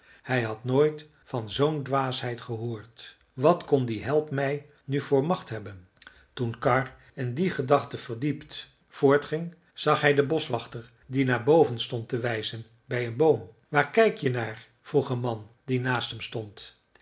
hij had nooit van zoo'n dwaasheid gehoord wat kon die helpmij nu voor macht hebben toen karr in die gedachten verdiept voortging zag hij den boschwachter die naar boven stond te wijzen bij een boom waar kijk je naar vroeg een man die naast hem stond